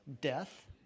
death